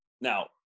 Now